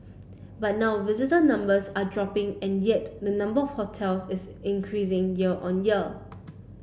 but now visitor numbers are dropping and yet the number hotels is increasing year on year